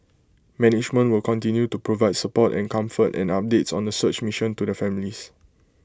management will continue to provide support and comfort and updates on the search mission to the families